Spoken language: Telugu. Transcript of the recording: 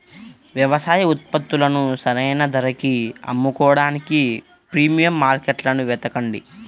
వ్యవసాయ ఉత్పత్తులను సరైన ధరకి అమ్ముకోడానికి ప్రీమియం మార్కెట్లను వెతకండి